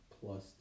plus